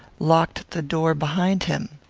locked the door behind him.